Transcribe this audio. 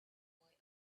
boy